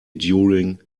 during